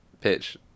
pitch